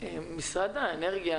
משרד האנרגיה